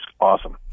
awesome